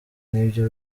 nibyo